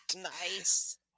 nice